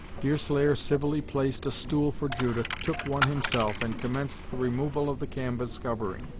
deerslayer civilly placed a stool for judith, took one himself, and commenced the removal of the canvas covering.